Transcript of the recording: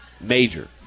major